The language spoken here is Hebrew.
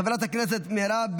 חבר הכנסת יאסר חוג'יראת,